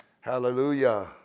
Hallelujah